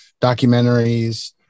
documentaries